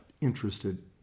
interested